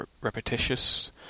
repetitious